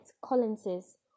collinses